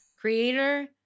creator